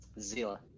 zilla